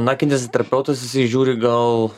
na kineziterapeutas jisai žiūri gal